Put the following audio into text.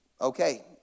Okay